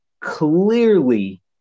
clearly